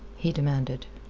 he demanded.